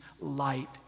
light